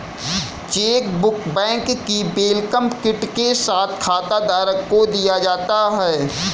chequebook bank की welcome kit के साथ खाताधारक को दिया जाता है